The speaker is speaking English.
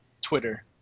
Twitter